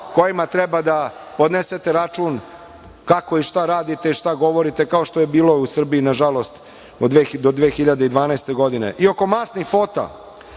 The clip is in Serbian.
kojima treba da podnesete račun kako i šta radite i šta govorite, kao što je bilo u Srbiji, nažalost, do 2012. godine. Oko masnih fota.